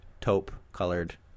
taupe-colored